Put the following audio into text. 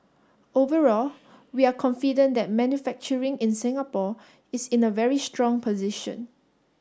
overall we are confident that manufacturing in Singapore is in a very strong position